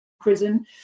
prison